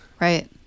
Right